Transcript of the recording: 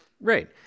right